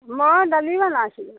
মই দালি বনাইছিলোঁ